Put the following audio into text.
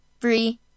Three